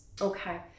okay